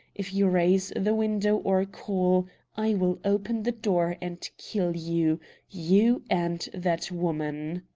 if you raise the window or call i will open the door and kill you you and that woman!